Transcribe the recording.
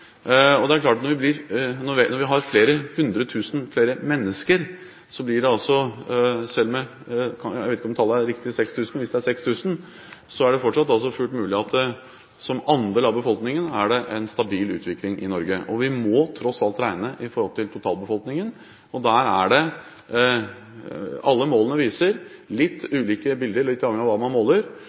Det er klart at når vi har mange hundre tusen flere mennesker – jeg vet ikke om tallet 6 000 er riktig – er det fortsatt fullt mulig at som andel av befolkningen er det en stabil utvikling i Norge. Vi må tross alt regne i forhold til totalbefolkningen. Alle målene viser litt ulike bilder. Litt uavhengig av hvordan man måler,